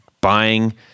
buying